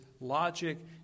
logic